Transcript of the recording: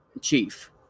Chief